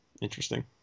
interesting